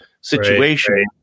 situation